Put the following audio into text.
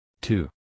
two